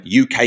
UK